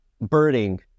birding